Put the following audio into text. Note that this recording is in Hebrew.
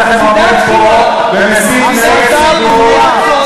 השר שלכם עומד פה ומסית נגד ציבור,